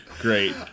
Great